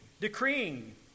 decreeing